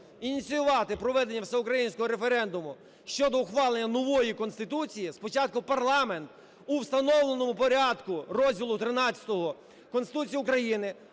ініціювати проведення всеукраїнського референдуму щодо ухвалення нової Конституції, спочатку парламент у встановленому порядку розділу XIII Конституції України